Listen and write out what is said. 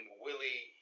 Willie